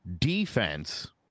defense